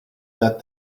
that